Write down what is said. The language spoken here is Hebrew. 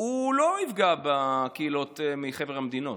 לא יפגע בקהילות מחבר המדינות,